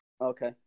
Okay